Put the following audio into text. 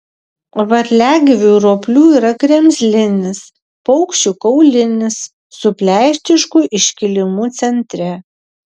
varliagyvių ir roplių yra kremzlinis paukščių kaulinis su pleištišku iškilimu centre